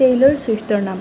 tailor চুইফ্টৰ নাম